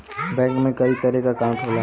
bank में कई तरे क अंकाउट होला